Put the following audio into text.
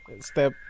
Step